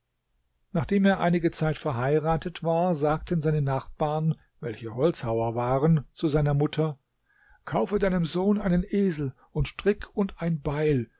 nachdem er einige zeit verheiratet war sagten seine nachbarn welche holzhauer waren zu seiner mutter kaufe deinem sohn einen esel und strick und ein beil